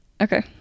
Okay